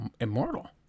immortal